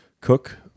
cook